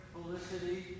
Felicity